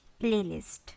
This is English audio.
playlist